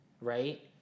right